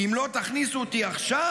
אם לא תכניסו אותי עכשיו,